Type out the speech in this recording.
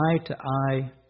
eye-to-eye